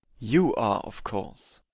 you are, of course.